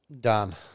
Done